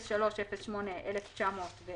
03081910,